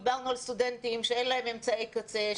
דיברנו על סטודנטים שאין להם אמצעי קצה,